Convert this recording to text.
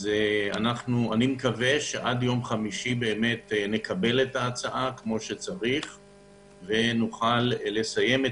אני מקווה שעד יום חמישי נקבל את ההצעה כמו שצריך ונסיים את